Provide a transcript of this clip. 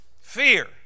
fear